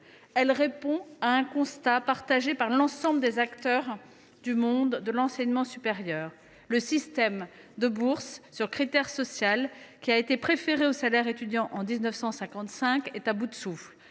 ci répond à un constat partagé par l’ensemble des acteurs du monde de l’enseignement supérieur : le système de bourses sur critères sociaux, qui a été préféré au salaire étudiant en 1955, est à bout de souffle.